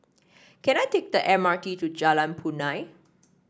can I take the M R T to Jalan Punai